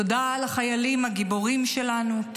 תודה לחיילים הגיבורים שלנו,